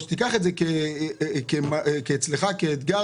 או שתיקח את זה אצלך כאתגר,